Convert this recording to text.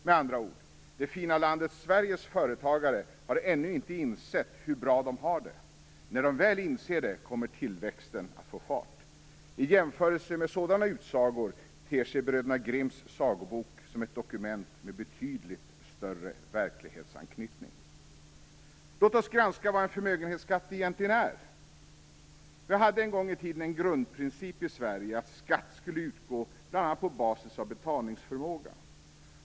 Med andra ord: Det fina landet Sveriges företagare har ännu inte insett hur bra de har det, men när de väl inser det kommer tillväxten att få fart. I jämförelse med sådana utsagor ter sig Bröderna Grimms sagobok som ett dokument med betydligt större verklighetsanknytning. Låt oss granska vad en förmögenhetsskatt egentligen är. Vi hade en gång i tiden en grundprincip i Sverige att skatt skulle utgå bl.a. på basis av betalningsförmåga.